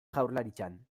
jaurlaritzan